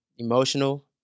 emotional